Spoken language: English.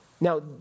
Now